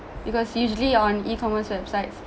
because usually on e-commerce websites